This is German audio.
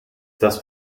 das